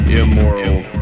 immoral